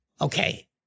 Okay